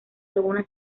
lagunas